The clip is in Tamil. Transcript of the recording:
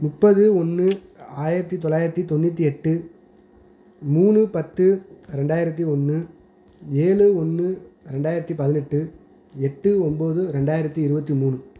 முப்பது ஒன்று ஆ ஆயிரத்து தொள்ளாயிரத்து தொண்ணூற்றி எட்டு மூணு பத்து ரெண்டாயிரத்து ஒன்று ஏழு ஒன்று ரெண்டாயிரத்து பதினெட்டு எட்டு ஒம்பது ரெண்டாயிரத்து இருபத்தி மூணு